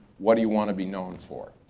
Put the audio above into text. what do you want to be known for?